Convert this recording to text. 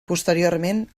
posteriorment